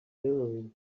hillary